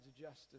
justice